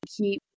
keep